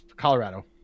Colorado